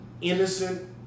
innocent